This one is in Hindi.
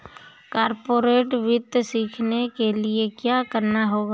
कॉर्पोरेट वित्त सीखने के लिया क्या करना होगा